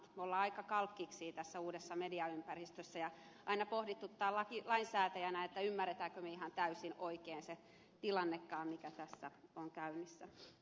me olemme aika kalkkiksia tässä uudessa mediaympäristössä ja aina pohdituttaa lainsäätäjänä ymmärrämmekö me ihan täysin oikein se tilannekaan mikä tässä on käynnissä